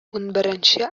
унберенче